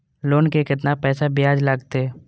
Loan के केतना पैसा ब्याज लागते?